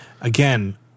again